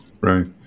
right